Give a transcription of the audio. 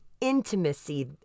intimacy